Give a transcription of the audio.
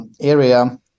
area